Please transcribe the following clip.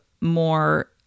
more